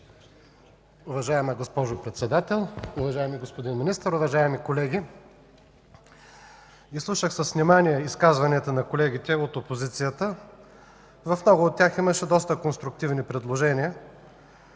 Уважаема госпожо Председател, уважаеми господин Министър, уважаеми колеги! Изслушах с внимание изказванията на колегите от опозицията. В много от тях имаше доста конструктивни предложения,